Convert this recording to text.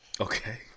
Okay